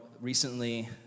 recently